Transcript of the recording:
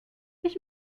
ich